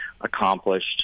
accomplished